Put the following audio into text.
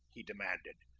he demanded.